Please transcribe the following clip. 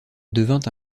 devint